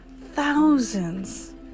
thousands